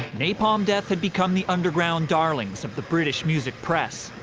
napalm death had become the underground darlings of the british music press,